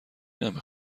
نمی